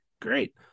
great